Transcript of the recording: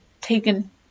taken